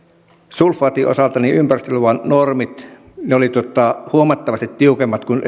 sulfaatin osalta ympäristöluvan normit olivat huomattavasti tiukemmat kuin